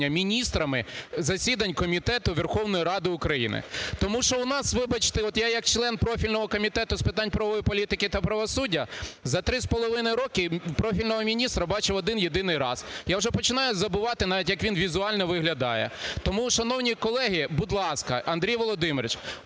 міністрами засідань комітету Верховної Ради України. Тому що у нас, вибачте, от я як член профільного Комітету з питань правової політики та правосуддя за три з половиною роки профільного міністра бачив один-єдиний раз, я вже починаю забувати навіть, як він візуально виглядає. Тому, шановні колеги, будь ласка, Андрій Володимирович,